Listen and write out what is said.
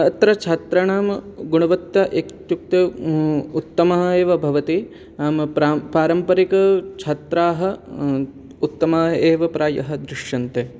अत्र छात्राणाम् गुणवत्ता इत्युक्ते उत्तमा एव भवति नाम पारम्परिकछात्राः उत्तमाः एव प्रायः दृश्यन्ते